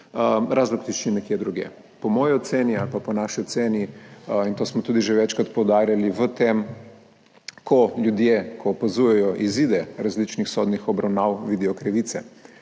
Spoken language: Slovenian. razlog tiči nekje drugje. Po moji oceni ali pa po naši oceni, in to smo tudi že večkrat poudarjali, v tem, ko ljudje opazujejo izide različnih sodnih obravnav, vidijo krivice,